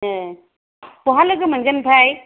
ओं बहा लोगो मोनगोन ओमफ्राय